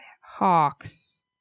Hawks